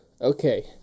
Okay